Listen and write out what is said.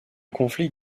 conflit